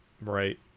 Right